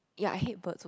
ya I hate birds also